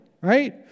right